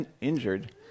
injured